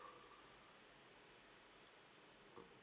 uh